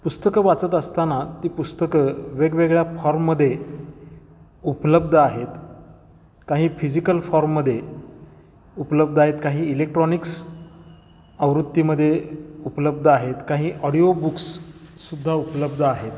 पुस्तकं वाचत असताना ती पुस्तकं वेगवेगळ्या फॉर्ममध्ये उपलब्ध आहेत काही फिजिकल फॉर्ममध्ये उपलब्ध आहेत काही इलेक्ट्रॉनिक्स आवृत्तीमध्ये उपलब्ध आहेत काही ऑडिओ बुक्ससुद्धा उपलब्ध आहेत